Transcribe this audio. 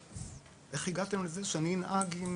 איך הגעתם לזה שאני אנהג עם